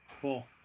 Cool